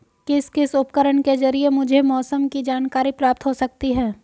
किस किस उपकरण के ज़रिए मुझे मौसम की जानकारी प्राप्त हो सकती है?